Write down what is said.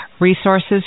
Resources